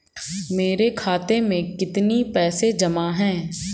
मेरे खाता में कितनी पैसे जमा हैं?